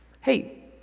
Hey